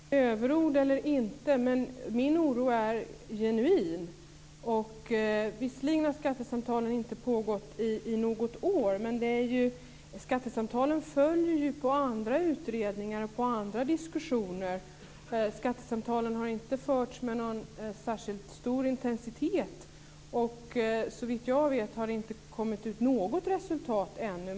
Fru talman! Överord eller inte, men min oro är genuin. Visserligen har skattesamtalen inte pågått under något år, men skattesamtalen följer ju på andra utredningar och på andra diskussioner. Skattesamtalen har inte förts med någon särskilt stor intensitet, och såvitt jag vet har det ännu inte framkommit något resultat.